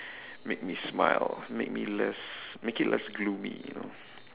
make me smile make me less make it less gloomy you know